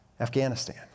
Afghanistan